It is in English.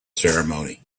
ceremony